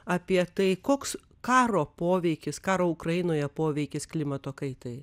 apie tai koks karo poveikis karo ukrainoje poveikis klimato kaitai